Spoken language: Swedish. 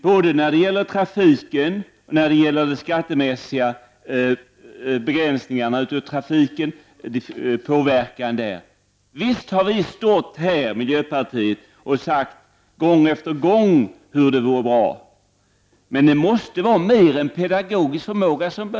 Både när det gäller själva trafiken och när det gäller begränsningar av trafiken genom skattemässig påverkan har vi i miljöpartiet stått här gång på gång och talat om hur man borde visa miljöhänsyn. Men det behövs mer än pedagogisk förmåga.